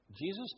Jesus